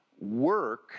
Work